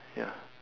ya